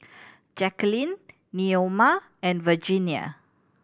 Jacquelynn Neoma and Virginia